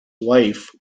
wife